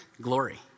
glory